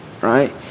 Right